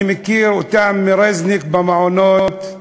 אני מכיר אותם ממעונות רזניק,